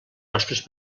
nostres